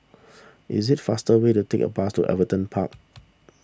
it is faster way to take the bus to Everton Park